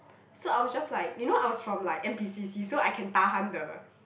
so I was just like you know I was from like N_P_C_C so I can tahan the